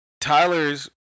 tyler's